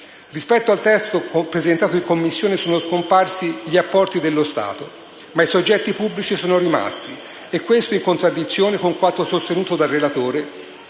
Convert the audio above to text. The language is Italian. Rispetto al testo presentato in Commissione sono scomparsi gli apporti dello Stato, ma i soggetti pubblici sono rimasti e questo è in contraddizione con quanto sostenuto dal relatore,